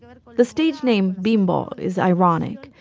but the stage name bimbo is ironic.